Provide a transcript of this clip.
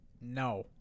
No